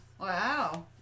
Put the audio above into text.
Wow